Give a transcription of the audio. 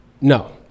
No